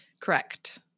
Correct